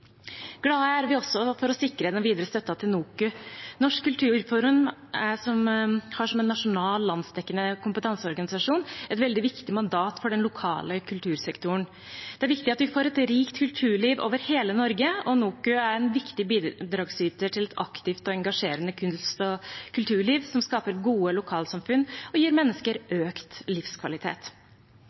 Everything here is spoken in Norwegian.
er vi også for å sikre den videre støtten til Norsk kulturforum, NOKU. Norsk kulturforum har som en nasjonal, landsdekkende kompetanseorganisasjon et veldig viktig mandat for den lokale kultursektoren. Det er viktig at vi får et rikt kulturliv over hele Norge, og NOKU er en viktig bidragsyter til et aktivt og engasjerende kunst- og kulturliv, som skaper gode lokalsamfunn og gir mennesker økt livskvalitet.